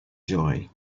joy